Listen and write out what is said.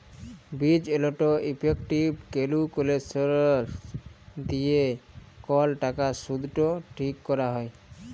ফিজ এলড effective calculations দিয়ে কল টাকার শুধট ঠিক ক্যরা হ্যয়